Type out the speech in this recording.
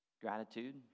Gratitude